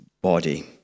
body